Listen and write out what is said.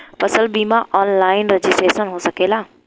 फसल बिमा online registration हो सकेला?